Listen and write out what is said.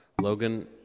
Logan